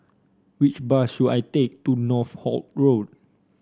which bus should I take to Northolt Road